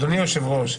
אדוני היושב ראש,